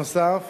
נוסף